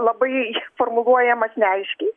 labai formuluojamas neaiškiai